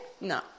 No